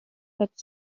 that